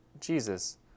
jesus